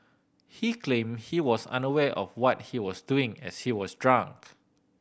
he claimed he was unaware of what he was doing as he was drunk